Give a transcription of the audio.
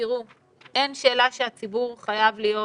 אין שאלה שהציבור חייב להיות